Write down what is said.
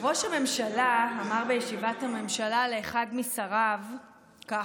ראש הממשלה אמר בישיבת הממשלה לאחד משריו ככה: